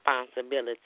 responsibility